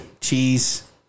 cheese